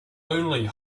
only